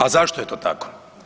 A zašto je to tako?